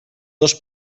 dos